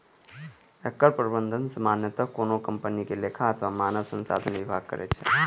एकर प्रबंधन सामान्यतः कोनो कंपनी के लेखा अथवा मानव संसाधन विभाग करै छै